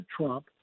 Trump